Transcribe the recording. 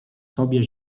sobie